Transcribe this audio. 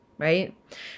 right